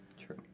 True